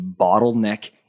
bottleneck